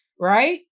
right